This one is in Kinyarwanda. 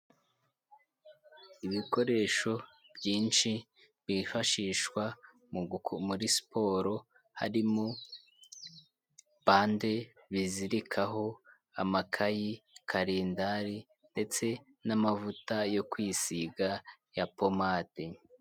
Ibikoresho byinshi byifashishwa muri siporo harimo bande bizirikaho amakayi, kalendari ndetse n'amavuta yo kwisiga ya pomade.